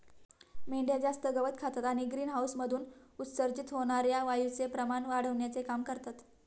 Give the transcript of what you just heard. मेंढ्या जास्त गवत खातात आणि ग्रीनहाऊसमधून उत्सर्जित होणार्या वायूचे प्रमाण वाढविण्याचे काम करतात